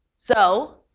so